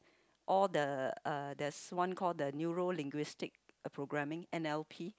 all the uh there's one call the neurolinguistic programming N_L_P